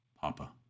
Papa